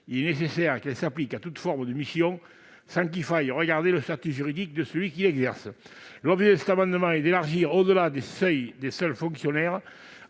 il est nécessaire qu'elle s'applique à toute forme de mission, indépendamment du statut juridique de celui qui l'exerce. L'objet de cet amendement est d'étendre au-delà des seuls fonctionnaires,